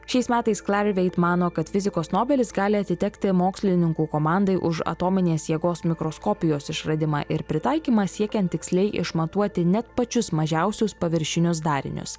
šiais metais clarivate mano kad fizikos nobelis gali atitekti mokslininkų komandai už atominės jėgos mikroskopijos išradimą ir pritaikymą siekiant tiksliai išmatuoti net pačius mažiausius paviršinius darinius